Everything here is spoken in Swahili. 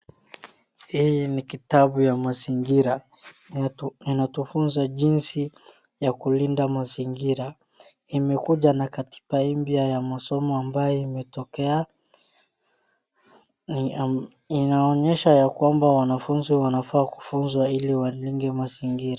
Hii ni kitabu ya mazingira. Inatufunza jinsi ya kulinda mazingira. Imekuja na katiba mpya ya masomo ambaye imetokea. Inaonyesha ya kwamba wanafunzi wanafaa kufunzwa hili walinde mazingira.